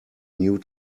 new